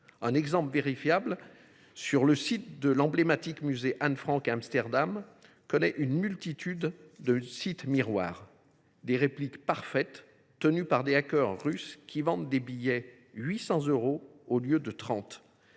à fait vérifiable. Le site de l’emblématique musée Anne Franck à Amsterdam connaît une multitude de sites miroirs : des répliques parfaites, tenues par des hackers russes, vendent des billets à 800 euros, au lieu de 30 euros.